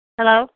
Hello